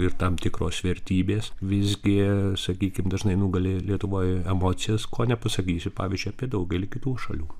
ir tam tikros vertybės visgi sakykim dažnai nugali lietuvoj emocijas ko nepasakysi pavyzdžiui apie daugelį kitų šalių